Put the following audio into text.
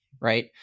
right